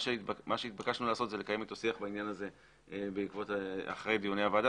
מה שהתבקשנו לעשות זה לקיים איתו שיח בעניין הזה אחרי דיוני הוועדה,